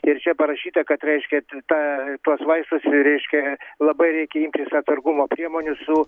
ir čia parašyta kad reiškia tą tuos vaistus ir reikšia labai reikia imtis atsargumo priemonių su